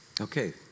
Okay